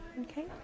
Okay